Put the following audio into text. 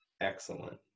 Excellent